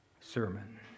sermon